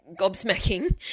gobsmacking